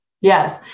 Yes